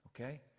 Okay